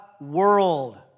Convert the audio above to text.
world